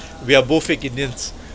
we are both fake indians